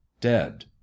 dead